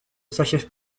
s’achève